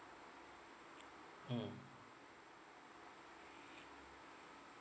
mm